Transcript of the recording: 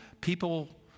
people